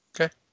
okay